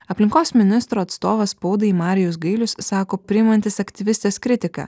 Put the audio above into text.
aplinkos ministro atstovas spaudai marijus gailius sako priimantis aktyvistės kritiką